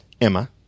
Emma